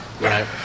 right